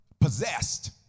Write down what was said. possessed